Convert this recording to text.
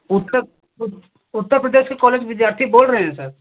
उत्तर उत्तर प्रदेश के कॉलेज विद्यार्थी बोल रहे हैं सर